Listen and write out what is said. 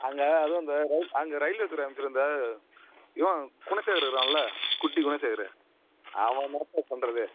அங்கே அதுவும் அந்த அங்கே அங்கே ரயில்வே துறை அமைச்சர் இந்த இவன் குணசேகர் இருக்குறான்ல்ல குட்டி குணசேகர் அவன் தான் சார் பண்ணுறதே